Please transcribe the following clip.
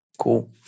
Cool